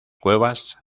cuevas